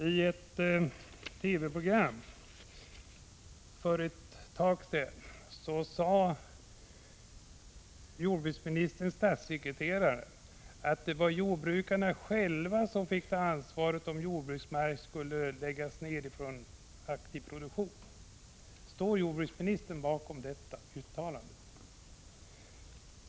I ett TV-program för en tid sedan sade jordbruksministerns statssekreterare att det var jordbrukarna själva som fick ta ansvaret om jordbruksmark skulle läggas ned och inte användas för aktiv produktion. Står jordbruksministern bakom detta uttalande?